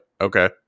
okay